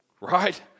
Right